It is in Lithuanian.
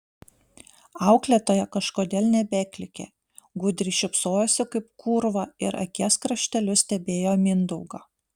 auklėtoja kažkodėl nebeklykė gudriai šypsojosi kaip kūrva ir akies krašteliu stebėjo mindaugą